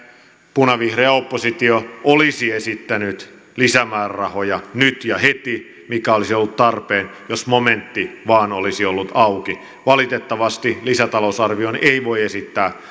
punavihreä oppositio olisi esittänyt lisämäärärahoja nyt ja heti mikä olisi ollut tarpeen jos momentti vain olisi ollut auki valitettavasti lisätalousarvioon ei voi esittää